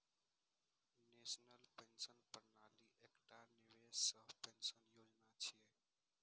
national pension प्रणाली एकटा निवेश सह पेंशन योजना छियै